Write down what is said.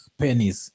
pennies